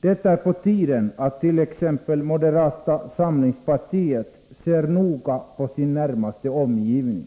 Det är på tiden att t.ex. moderata samlingspartiet ser noga på sin närmaste omgivning.